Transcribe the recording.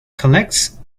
collects